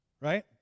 Right